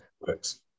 works